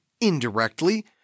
indirectly